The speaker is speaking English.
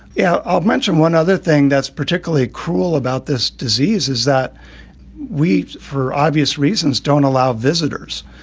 yeah. i'll mention one other thing that's particularly cruel about this disease is that we, for obvious reasons, don't allow visitors.